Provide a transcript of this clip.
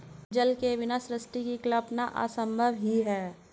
जल के बिना सृष्टि की कल्पना असम्भव ही है